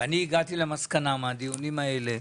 אני הגעתי למסקנה מהדיונים האלה,